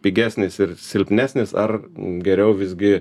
pigesnis ir silpnesnis ar geriau visgi